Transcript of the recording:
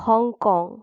Hong Kong